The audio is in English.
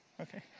Okay